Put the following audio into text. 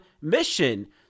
mission